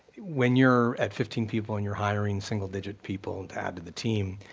when you're at fifteen people and you're hiring single digit people to add to the team,